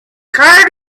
card